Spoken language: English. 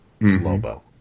Lobo